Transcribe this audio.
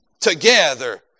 together